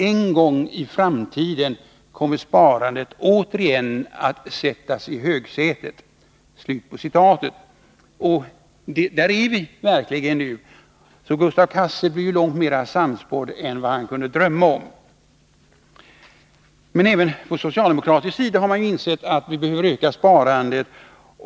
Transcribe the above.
En gång i framtiden kommer sparandet återigen att sättas i högsätet.” Där är vi verkligen nu, varför Gustaf Cassel blev långt mer sannspådd än vad han kunde drömma om. Även socialdemokraterna har dock insett att vi behöver öka sparandet.